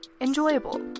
enjoyable